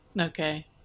Okay